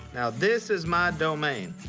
now, this is my domain.